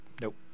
Nope